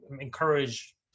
encourage